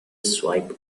swipe